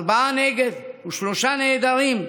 ארבעה נגד ושלושה נעדרים,